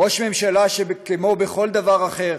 ראש ממשלה שכמו בכל דבר אחר,